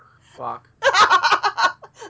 fuck